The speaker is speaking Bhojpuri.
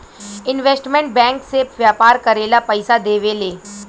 इन्वेस्टमेंट बैंक से व्यापार करेला पइसा देवेले